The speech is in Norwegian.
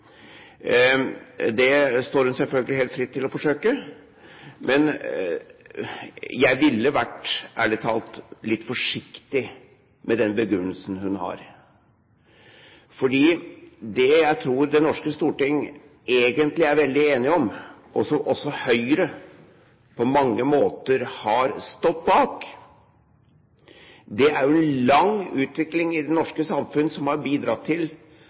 Det står hun selvfølgelig helt fritt til å forsøke, men jeg ville ærlig talt vært litt forsiktig med den begrunnelsen hun har, for det som jeg tror Det norske storting egentlig er veldig enig om, og som også Høyre på mange måter har stått bak, er jo at det er en lang utvikling i det norske samfunn som har bidratt til